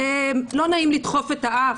לא נעים לדחוף את האף.